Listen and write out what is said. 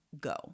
go